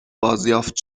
بازیافت